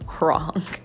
wrong